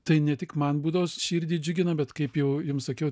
tai ne tik man būdavo širdį džiugino bet kaip jau jum sakiau